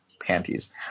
panties